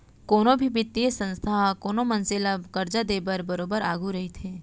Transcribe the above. कोनो भी बित्तीय संस्था ह कोनो मनसे ल करजा देय बर बरोबर आघू रहिथे